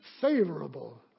favorable